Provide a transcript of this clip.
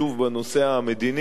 בנושא המדיני,